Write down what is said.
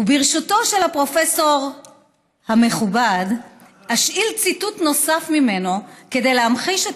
וברשותו של הפרופסור המכובד אשאל ציטוט נוסף ממנו כדי להמחיש את